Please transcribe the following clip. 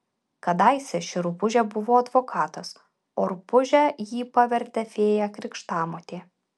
kadaise ši rupūžė buvo advokatas o rupūže jį pavertė fėja krikštamotė